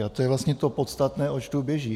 A to je vlastně to podstatné, oč tu běží.